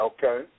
Okay